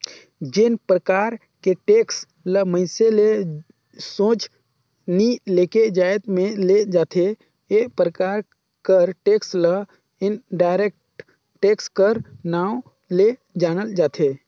जेन परकार के टेक्स ल मइनसे ले सोझ नी लेके जाएत में ले जाथे ए परकार कर टेक्स ल इनडायरेक्ट टेक्स कर नांव ले जानल जाथे